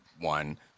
One